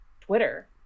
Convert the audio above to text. Twitter